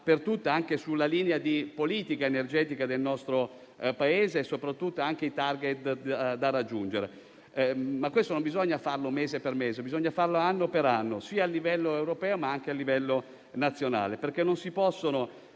per tutte, sulla linea di politica energetica del nostro Paese e soprattutto sui *target* da raggiungere. Tuttavia, questo non va fatto mese per mese, ma anno per anno, a livello europeo ma anche a livello nazionale, perché non si possono